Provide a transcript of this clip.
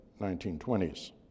1920s